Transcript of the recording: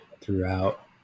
throughout